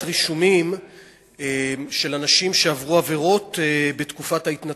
רישומים של אנשים שעברו עבירות בתקופת ההתנתקות.